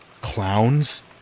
Clowns